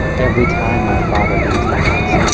every time my father leaves the house,